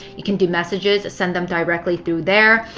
you can do messages. send them directly through there.